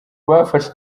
bafashe